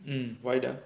mm wider